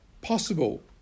possible